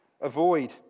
Avoid